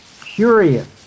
curious